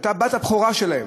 היא הייתה הבת הבכורה שלהם,